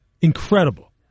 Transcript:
Incredible